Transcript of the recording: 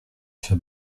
się